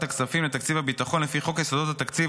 הכספים לתקציב הביטחון לפי חוק יסודות התקציב,